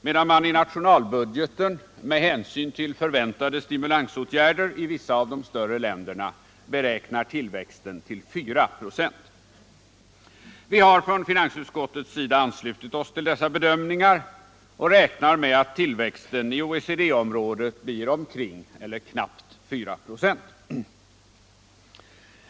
medan man i nationalbudgeten med hänsyn tull förväntade stimulansåtgärder i vissa av de större länderna beräknar tillväxten till 4 26. Vi har från finansutskottets sida anslutit oss till dessa bedömningar och räknar med att tillväxten i OECD-området i år blir omkring eller knappt 4 20.